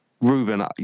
Ruben